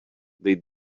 they